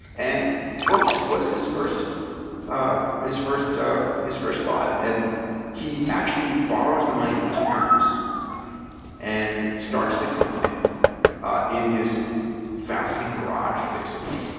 and books was his first ah his first ah his first thought. and he actually borrows the money from his parents and starts the company in his family garage, basically.